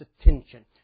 attention